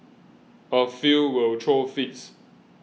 a few will throw fits